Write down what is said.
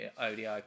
ODI